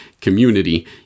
Community